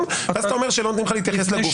ואז אתה אומר שלא נותנים לך להתייחס לגוף.